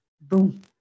boom